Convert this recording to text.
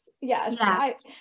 Yes